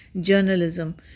journalism